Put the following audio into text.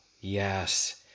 yes